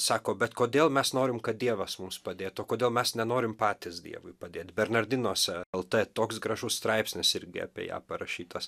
sako bet kodėl mes norim kad dievas mums padėtų o kodėl mes nenorim patys dievui padėt bernardinuose lt toks gražus straipsnis irgi apie ją parašytas